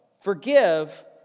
forgive